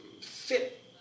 fit